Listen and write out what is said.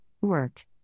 work